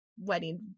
wedding